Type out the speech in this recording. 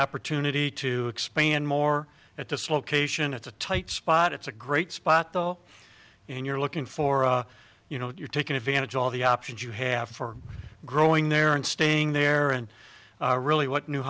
opportunity to expand more at this location it's a tight spot it's a great spot though and you're looking for you know you're taking advantage of all the options you have for growing there and staying there and really what new